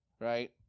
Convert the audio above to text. right